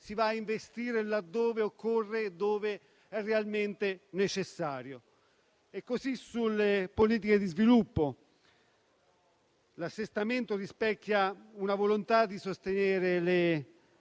Si va a investire laddove occorre e dove realmente è necessario; così sulle politiche di sviluppo. L'assestamento rispecchia la volontà di sostenere le